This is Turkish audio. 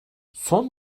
son